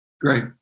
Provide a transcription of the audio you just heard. Great